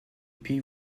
puis